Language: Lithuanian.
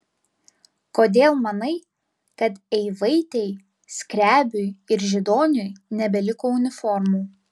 kodėl manai kad eivaitei skrebiui ir židoniui nebeliko uniformų